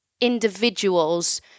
individuals